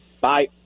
bye